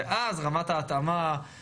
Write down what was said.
ואז רמת ההתאמה,